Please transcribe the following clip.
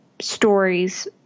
stories